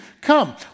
come